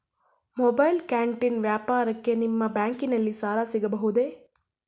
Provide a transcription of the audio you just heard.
Mobile canteen ವ್ಯಾಪಾರಕ್ಕೆ ನಿಮ್ಮ ಬ್ಯಾಂಕಿನಲ್ಲಿ ಸಾಲ ಸಿಗಬಹುದೇ?